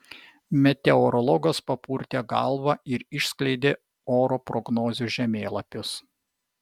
meteorologas papurtė galvą ir išskleidė oro prognozių žemėlapius